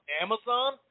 Amazon